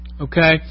Okay